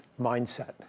mindset